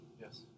Yes